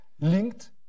linked